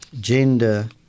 gender